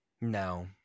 no